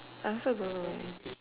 I also don't know leh